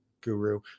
guru